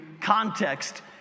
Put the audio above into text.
context